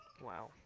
Wow